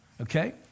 Okay